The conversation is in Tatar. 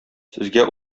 сезгә